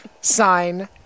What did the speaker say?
Sign